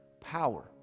power